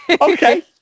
Okay